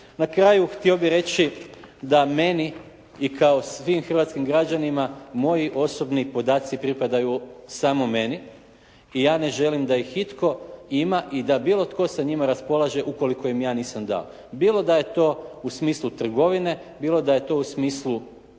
Na kraju htio bih reći da meni i kao svim hrvatskim građanima moji osobni podaci pripadaju samo meni i ja ne želim da ih itko ima i da bilo tko sa njima raspolaže ukoliko im ja nisam dao. Bilo da je to u smislu trgovine, bilo da je to u smislu